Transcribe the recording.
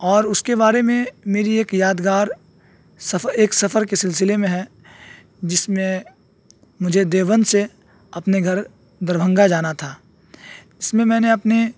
اور اس کے بارے میں میری ایک یادگار سف ایک سفر کے سلسلے میں ہے جس میں مجھے دیوبند سے اپنے گھر دربھنگہ جانا تھا اس میں میں نے اپنے